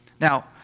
Now